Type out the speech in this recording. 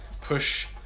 push